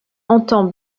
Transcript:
entend